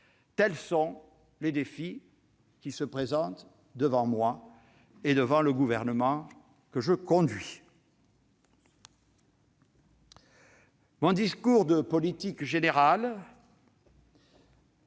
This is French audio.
tels sont les défis qui se présentent devant moi et devant le gouvernement que je conduis. Mon discours de politique générale,